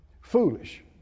Foolish